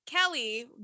kelly